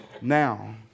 now